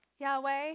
Yahweh